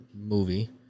movie